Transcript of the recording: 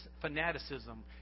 fanaticism